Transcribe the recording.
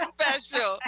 special